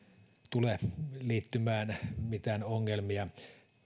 tule liittymään mitään ongelmia minä